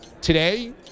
Today